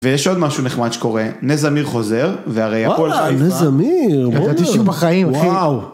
ויש עוד משהו נחמד שקורה, נס זמיר חוזר, והרי הפועל חיפה... - וואו! נס זמיר... בוא'נה... - הם ידעו שהוא בחיים, אחי. - וואו!